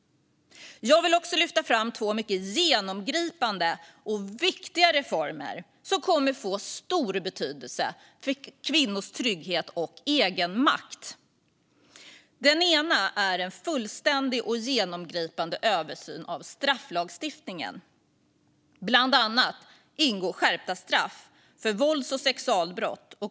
Jag vill också lyfta fram två mycket genomgripande och viktiga reformer som kommer att få stor betydelse för kvinnors trygghet och egenmakt. Den ena är en fullständig och genomgripande översyn av strafflagstiftningen. Bland annat ingår skärpta straff för vålds och sexualbrott.